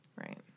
Right